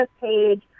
page